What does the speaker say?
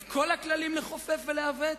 את כל הכללים לכופף ולעוות?